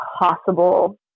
possible